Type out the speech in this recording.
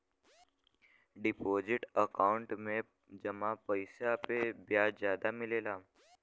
deposit account में जमा पइसा पे ब्याज जादा मिलला